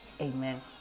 Amen